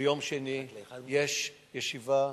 ביום שני יש ישיבה,